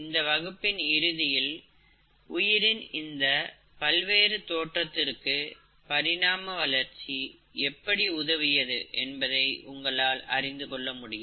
இந்த வகுப்பின் இறுதியில் உயிரின் இந்த பல்வேறு தோற்றத்திற்கு பரிணாம வளர்ச்சி எப்படி உதவியது என்பதை உங்களால் அறிந்துகொள்ள முடியும்